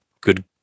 good